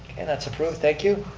and that's approved thank you.